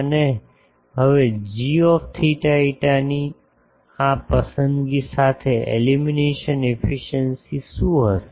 અને હવે જી θ φ ની આ પસંદગી સાથે એલ્યુમિનેશન એફિસિએંસી શું હશે